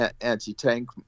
anti-tank